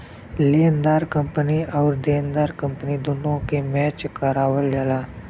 लेनेदार कंपनी आउर देनदार कंपनी दुन्नो के मैच करावल जाला